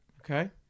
Okay